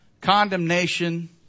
condemnation